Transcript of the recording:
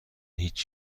هیچ